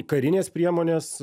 karinės priemonės